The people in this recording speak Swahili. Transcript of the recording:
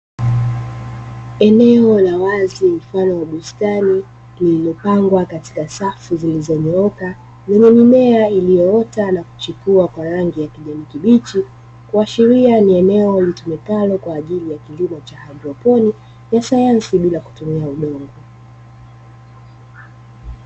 Eneo la wazi mfano wa bustani lililopangwa katika safu zilizonyooka zenye mimea iliyoota na kuchipua kwa rangi ya kijani kibichi, kuashiria ni eneo litumikalo kwa kilimo cha haidroponi cha sayansi ya bila kutumia udongo.